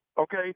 Okay